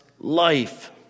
life